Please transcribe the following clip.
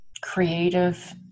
creative